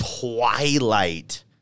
twilight